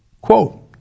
quote